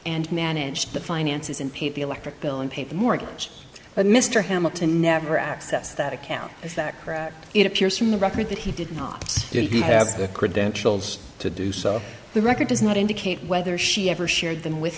and manage the finances and pay the electric bill and pay the mortgage but mr hamilton never accepts that account is that it appears from the record that he did not have the credentials to do so the record does not indicate whether she ever shared them with